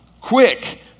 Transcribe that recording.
quick